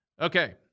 Okay